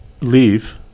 leave